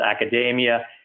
academia